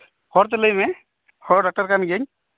ᱦᱚᱲ ᱛᱮ ᱞᱟᱹᱭ ᱢᱮ ᱦᱚᱲ ᱰᱟᱠᱴᱟᱨ ᱠᱟᱱ ᱜᱤᱭᱟᱹᱧ